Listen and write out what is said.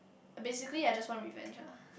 basically I just want revenge lah